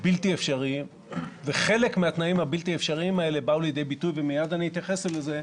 וקורים אירועים שצריך להתייחס אליהם.